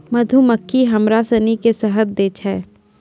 मधुमक्खी हमरा सिनी के शहद दै छै